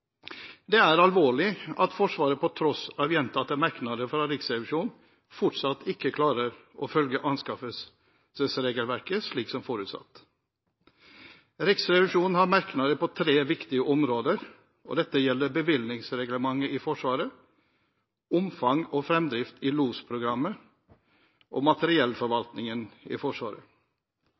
Det er alvorlig at Forsvaret, på tross av gjentatte merknader fra Riksrevisjonen, fortsatt ikke klarer å følge anskaffelsesregelverket slik som forutsatt. Riksrevisjonen har merknader på tre viktige områder, og dette gjelder: bevilgningsreglementet i Forsvaret omfang og framdrift i LOS-programmet materiellforvaltningen i Forsvaret Komiteen har merket seg at Riksrevisjonen ser alvorlig på at Forsvaret